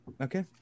okay